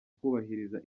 kubahiriza